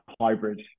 hybrid